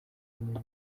n’ibindi